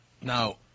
Now